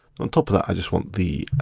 on top of that, i just want the